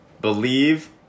believe